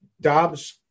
Dobbs